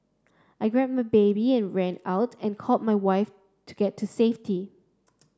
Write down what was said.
I grabbed my baby and ran out and called my wife to get to safety